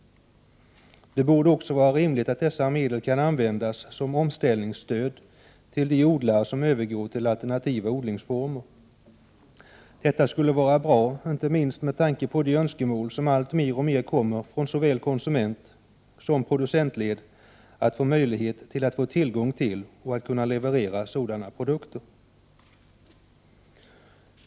Det borde också vara rimligt att dessa medel kan användas som omställningsstöd till de odlare som övergår till alternativa odlingsformer. Detta skulle vara bra, inte minst med tanke på de önskemål som alltmer kommer från såväl konsumentsom producentled att få tillgång till resp. kunna leverera sådana produkter.